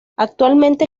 actualmente